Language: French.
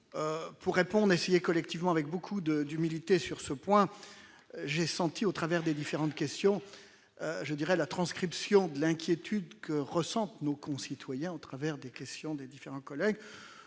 pour répondre à essayer collectivement avec beaucoup de d'humilité sur ce point, j'ai senti au travers des différentes questions je dirais la transcription de l'inquiétude que ressentent nos concitoyens au travers des questions des différents collègues